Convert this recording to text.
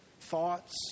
thoughts